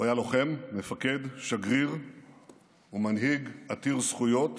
הוא היה לוחם, מפקד, שגריר ומנהיג עתיר זכויות